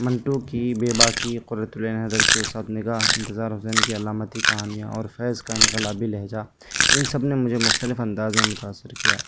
منٹو کی بے باقی قرۃ العین حیدر کے سعت نگاہ انتظار حسین کی علامتی کہانیاں اور فیض کا انقلابی لہجہ ان سب نے مجھے مختلف انداز میں متاثر کیا